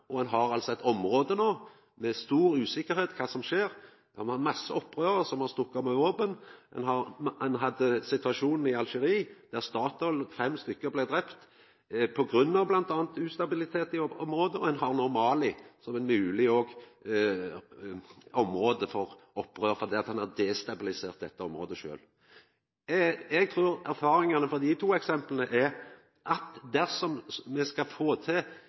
stor usikkerheit om kva som skjer, der me har masse opprørarar som har stukke av med våpen. Ein hadde situasjonen i Algerie med Statoil, der fem personar blei drepne på grunn av bl.a. ustabilitet i området, og ein har nå Mali som eit mogleg område for opprør, fordi ein har destabilisert dette området sjølv. Eg trur erfaringane frå dei to eksempla viser at dersom me skal få til